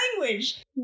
language